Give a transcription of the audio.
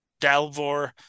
Dalvor